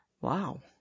Wow